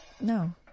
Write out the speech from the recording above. No